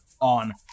on